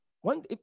one